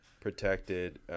protected